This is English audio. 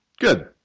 Good